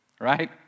Right